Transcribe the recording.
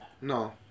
No